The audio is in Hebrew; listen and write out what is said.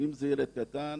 אם זה ילד קטן